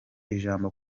ijambo